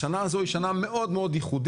השנה הזו היא שנה מאוד מאוד ייחודית,